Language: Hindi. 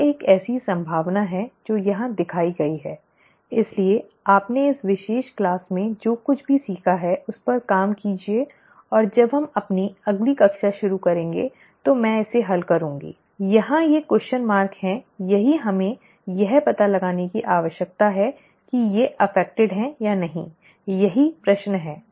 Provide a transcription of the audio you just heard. यह एक ऐसी संभावना है जो यहां दिखाई गई है इसलिए आपने इस विशेष वर्ग में जो कुछ भी सीखा है उस पर काम कीजिए और जब हम अगली कक्षा शुरू करेंगे तो मैं इसे हल करूँगा ठीक है यहाँ ये प्रश्न चिह्न हैं यही हमें यह पता लगाने की आवश्यकता है कि ये प्रभावित हैं या नहीं यही प्रश्न है